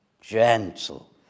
gentle